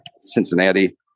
Cincinnati